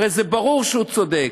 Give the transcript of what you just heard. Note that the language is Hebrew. הרי ברור שהוא צודק.